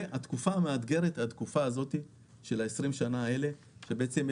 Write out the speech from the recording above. התקופה המאתגרת היא של 20 השנים האלה שיהיה